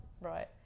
Right